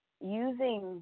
using